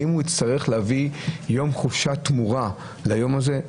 האם הוא יצטרך להביא יום חופשה תמורה ליום הזה?